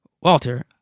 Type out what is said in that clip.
Walter